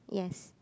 yes